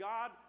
God